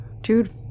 Dude